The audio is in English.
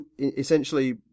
essentially